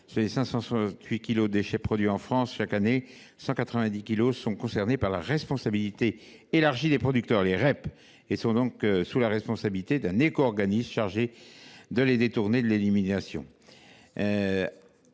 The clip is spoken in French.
les 568 kilogrammes de déchets produits par Français chaque année, 190 kilogrammes sont concernés par la responsabilité élargie du producteur (REP) et sont donc sous la responsabilité d’un éco organisme chargé de les détourner de l’élimination.